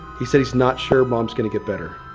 he said he's not sure mom's gonna get better.